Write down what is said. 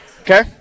Okay